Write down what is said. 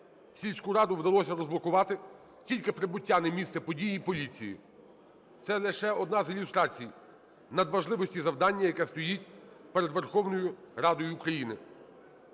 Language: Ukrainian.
Сільську раду вдалося розблокувати тільки прибуття на місце події поліції. Це лише одна з ілюстрацій надважливості завдання, яке стоїть перед Верховною Радою України.